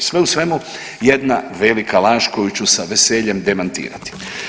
Sve u svemu jedna velika laž koju ću sa veseljem demantirati.